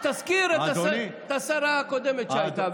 שתזכיר את השרה הקודמת שהייתה,